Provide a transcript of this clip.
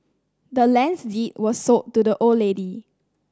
the land's deed was sold to the old lady